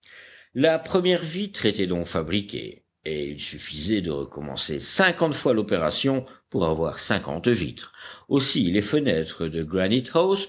la première vitre était donc fabriquée et il suffisait de recommencer cinquante fois l'opération pour avoir cinquante vitres aussi les fenêtres de